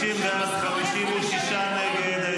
50 בעד, 56 נגד.